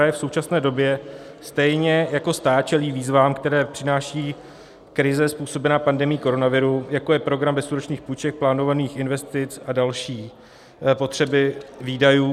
Obce a kraje v současné době stejně jako stát čelí výzvám, které přináší krize způsobená pandemií koronaviru, jako je program bezúročných půjček, plánovaných investic a další potřeby výdajů.